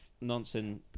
nonsense